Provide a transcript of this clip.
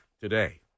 today